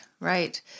right